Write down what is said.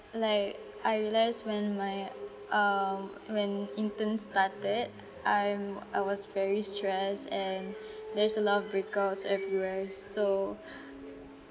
like I realised when my um when intern started I'm I was very stressed and there's a lot of breakouts everywhere so